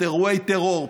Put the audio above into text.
אירועי טרור,